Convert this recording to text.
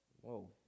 Whoa